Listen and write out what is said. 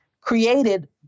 created